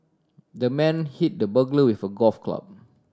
the man hit the burglar with a golf club